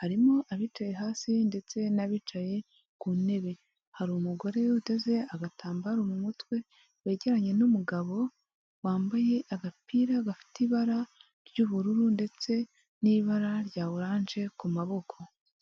harimo abicaye hasi ndetse n'abicaye ku ntebe, hari umugore witeze agatambaro mu mutwe wegeranye n'umugabo wambaye agapira gafite ibara ry'ubururu ndetse n'ibara rya oranje ku maboko.